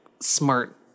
smart